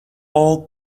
all